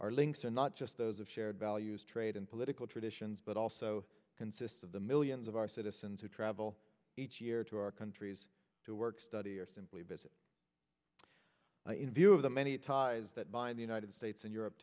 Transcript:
our links are not just those of shared values trade and political traditions but also consist of the millions of our citizens who travel each year to our countries to work study or simply business in view of the many ties that bind the united states and europe